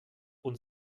und